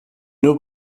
nos